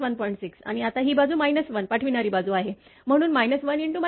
6 आणि आता ही बाजू 1 पाठविणारी बाजू आहे म्हणून 1 × 1